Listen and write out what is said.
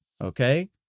Okay